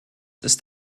ist